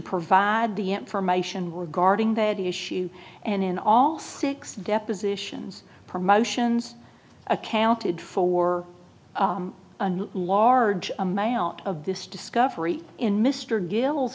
provide the information regarding that issue and in all six depositions promotions accounted for a large amount of this discovery in mr gilels